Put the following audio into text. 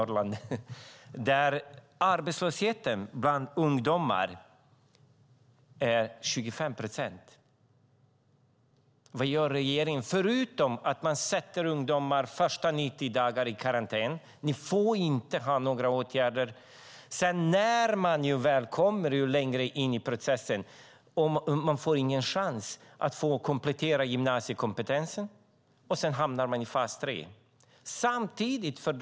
Där är arbetslösheten bland ungdomar 25 procent. Vad gör regeringen förutom att sätta ungdomarna i karantän de första 90 dagarna? De får inte delta i några åtgärder. När de väl kommer längre in i processen får de ingen chans att komplettera gymnasiekompetensen, och sedan hamnar de i fas 3.